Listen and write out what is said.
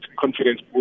confidence